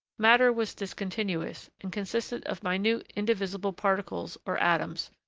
matter was discontinuous and consisted of minute indivisible particles or atoms,